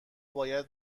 باید